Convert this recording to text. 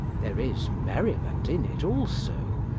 there is merriment in it also,